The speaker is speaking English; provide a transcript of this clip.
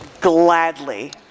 Gladly